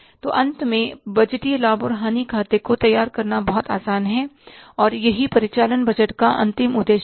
तो अंत में बजटीय लाभ और हानि खाते को तैयार करना बहुत आसान है और यही परिचालन बजट का अंतिम उद्देश्य है